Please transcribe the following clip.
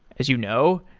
as you know,